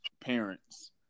parents